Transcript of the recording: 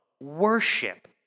worship